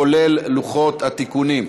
כולל לוחות התיקונים.